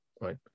right